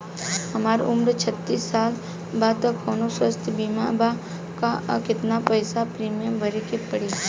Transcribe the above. हमार उम्र छत्तिस साल बा त कौनों स्वास्थ्य बीमा बा का आ केतना पईसा प्रीमियम भरे के पड़ी?